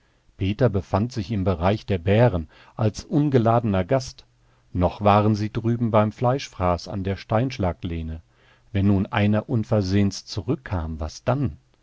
peter befand sich im bereich der bären als ungeladener gast noch waren sie drüben beim fleischfraß an der steinschlaglehne wenn nun einer unversehens zurückkam was dann